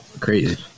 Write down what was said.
Crazy